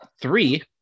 three